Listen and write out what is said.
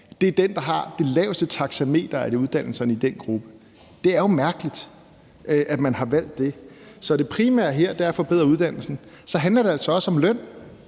uddannelse, der har det laveste taxameter af uddannelserne i den gruppe. Det er jo mærkeligt, at man har valgt det. Så det primære her er at forbedre uddannelsen. Så handler det altså også om løn.